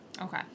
Okay